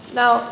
now